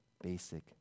basic